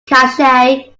cache